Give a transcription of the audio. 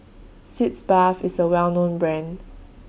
Sitz Bath IS A Well known Brand